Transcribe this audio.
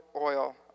oil